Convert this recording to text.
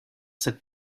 cette